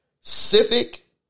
civic